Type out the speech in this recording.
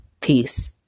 peace